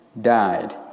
died